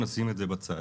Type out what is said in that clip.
נשים את זה בצד.